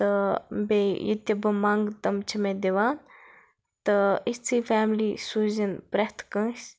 تہٕ بیٚیہِ یہِ تہِ بہٕ منٛگہٕ تِم چھِ مےٚ دِوان تہٕ یِژھٕے فیملی سوٗزِن پرٛتھ کٲنٛسہِ